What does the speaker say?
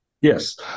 Yes